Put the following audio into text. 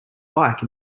bike